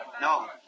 No